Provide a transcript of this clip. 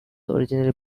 originally